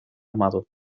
amado